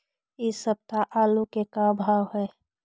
इ सप्ताह आलू के का भाव है?